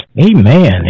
Amen